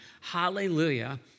hallelujah